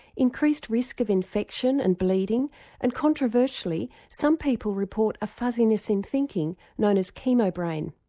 increased risk of infection and bleeding and controversially, some people report a fuzziness in thinking known as chemo brain.